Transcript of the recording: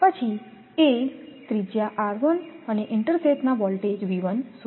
પછી એ ત્રિજ્યા અને ઇન્ટરસેથના વોલ્ટેજ શોધો